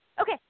Okay